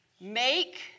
Make